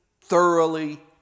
thoroughly